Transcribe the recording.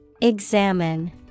Examine